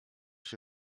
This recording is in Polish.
się